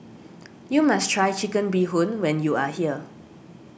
you must try Chicken Bee Hoon when you are here